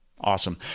Awesome